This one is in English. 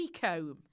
comb